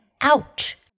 ouch